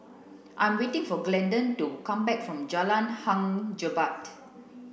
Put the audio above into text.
I'm waiting for Glendon to come back from Jalan Hang Jebat